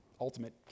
ultimate